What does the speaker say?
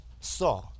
saw